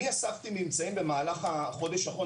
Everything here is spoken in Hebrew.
אני אספתי ממצאים במהלך החודש האחרונים